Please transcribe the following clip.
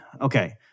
Okay